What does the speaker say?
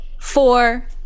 four